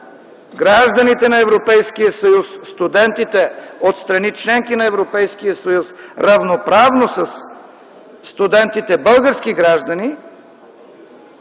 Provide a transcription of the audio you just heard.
гражданите на Европейския съюз, студентите от страни – членки на Европейския съюз, равноправно със студентите, български граждани,